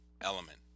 element